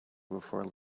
before